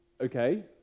okay